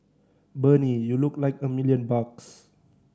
Bernie you look like a million bucks